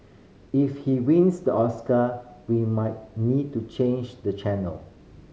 if he wins the Oscar we might need to change the channel